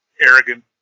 arrogant